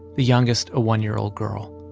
the youngest a one year old girl.